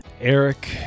Eric